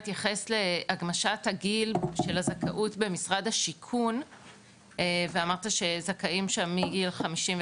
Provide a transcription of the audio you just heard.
התייחס להגמשת הגיל של הזכאות במשרד השיכון ואמרת שזכאים שם מגיל 55,